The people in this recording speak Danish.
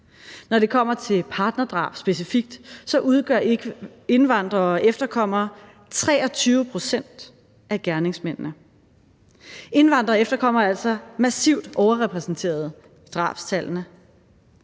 Når det kommer til partnerdrab specifikt, udgør indvandrere og efterkommere 23 pct. af gerningsmændene. Indvandrere og efterkommere er altså massivt overrepræsenteret i drabstallene.